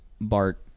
bart